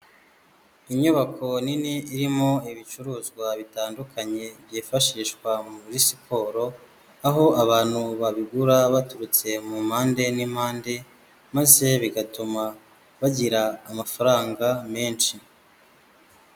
Inyubako nini irimo ibicuruzwa bitandukanye byifashishwa muri siporo, aho abantu babigura baturutse mu mpande n'impande, maze bigatuma bagira amafaranga menshi.